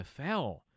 NFL